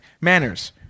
manners